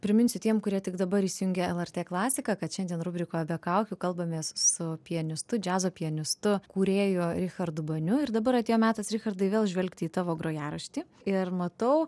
priminsiu tiem kurie tik dabar įsijungė lrt klasiką kad šiandien rubrikoje be kaukių kalbamės su pianistu džiazo pianistu kūrėju richardu baniu ir dabar atėjo metas richardai vėl žvelgti į tavo grojaraštį ir matau